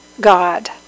God